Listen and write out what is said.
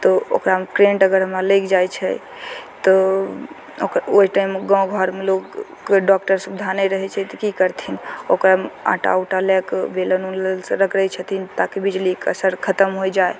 तऽ ओकरामे करेन्ट अगर हमरा लागि जाइ छै तऽ ओइ टाइममे गाँव घरमे लोग कोइ डॉक्टर सुविधा नहि रहय छै तऽ कि करथिन ओकर आँटा उटा लए कऽ बेलन उलनसँ रगरय छथिन ताकि बिजलीके असर खतम होइ जाइ